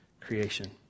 creation